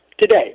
today